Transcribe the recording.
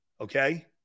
okay